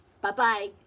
Bye-bye